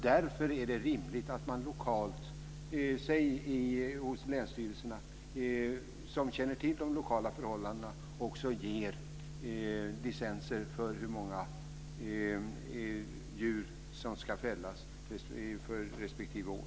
Därför är det rimligt att man lokalt hos länsstyrelserna, som känner till de lokala förhållandena, ger licenser för hur många djur som ska fällas respektive år.